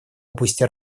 области